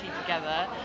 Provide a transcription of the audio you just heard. together